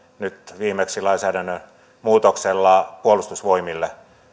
nyt viimeksi lainsäädännön muutoksella puolustusvoimille